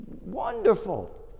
Wonderful